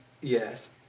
Yes